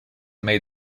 made